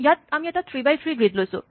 ইয়াত আমি এটা থ্ৰী বাই থ্ৰী গ্ৰীড লৈছো